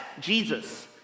Jesus